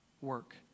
work